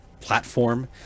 platform